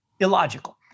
Illogical